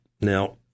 Now